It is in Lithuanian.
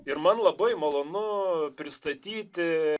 ir man labai malonu pristatyti